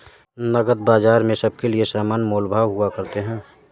नकद बाजार में सबके लिये समान मोल भाव हुआ करते हैं